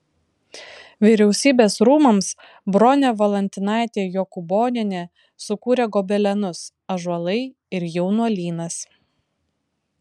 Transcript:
vyriausybės rūmams bronė valantinaitė jokūbonienė sukūrė gobelenus ąžuolai ir jaunuolynas